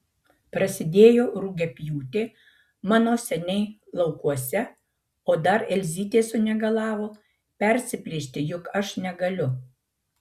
prasidėjo rugiapjūtė mano seniai laukuose o dar elzytė sunegalavo persiplėšti juk aš negaliu